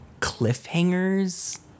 cliffhangers